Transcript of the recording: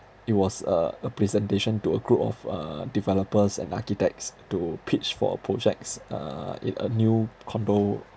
it was uh a presentation to a group of uh developers and architects to pitch for uh projects uh in a new condo